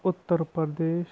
Uttar Pradesh